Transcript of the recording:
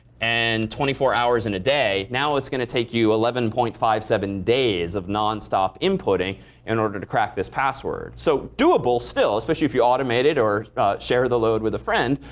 and twenty four hours in a day, now it's going to take you eleven point five seven days of nonstop inputting in order to crack this password. so doable still, especially if you automate it or share the load with a friend,